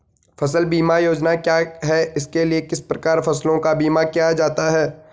फ़सल बीमा योजना क्या है इसके लिए किस प्रकार फसलों का बीमा किया जाता है?